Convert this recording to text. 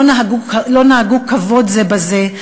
לא נהגו כבוד זה בזה,